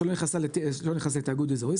סליחה, שלא נכנסה לתיאגוד אזורי.